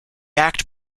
act